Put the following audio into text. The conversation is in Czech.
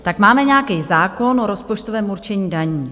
Tak máme nějaký zákon o rozpočtovém určení daní.